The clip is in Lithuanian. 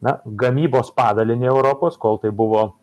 na gamybos padalinį europos kol tai buvo